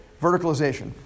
Verticalization